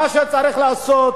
מה שצריך לעשות,